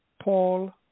Paul